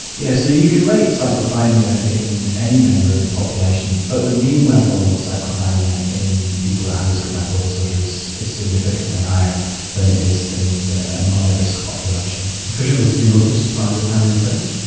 yes, so you can rate cyclothymia in any member of the population but the mean level of cyclothymia in people at high risk of bipolar disorder is is significantly higher than it is in the non-at-risk population. sufficiently to be noticed by their family and friends?